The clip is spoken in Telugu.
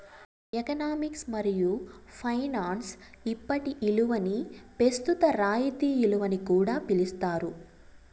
ఎకనామిక్స్ మరియు ఫైనాన్స్ ఇప్పటి ఇలువని పెస్తుత రాయితీ ఇలువని కూడా పిలిస్తారు